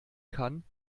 kann